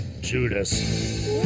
Judas